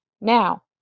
now